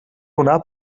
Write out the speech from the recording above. donar